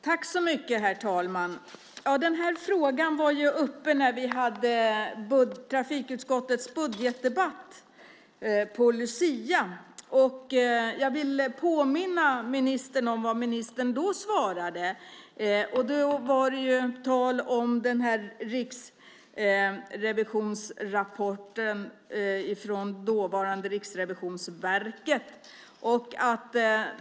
Herr talman! Frågan var uppe när vi hade trafikutskottets budgetdebatt på lucia. Jag vill påminna ministern om vad ministern då svarade. Då var det tal om rapporten från dåvarande Riksrevisionsverket.